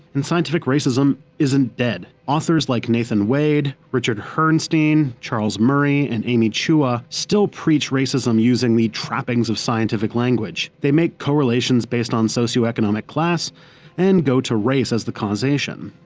and scientific racism isn't dead. authors like nathan wade, richard herrnstein, charles murray, and amy chua still preach racism using the trappings of scientific language. they take correlations based on socioeconomic class and go to race as the causation.